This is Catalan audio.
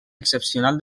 excepcional